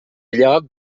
lloc